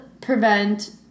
prevent